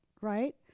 right